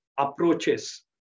Approaches